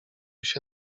się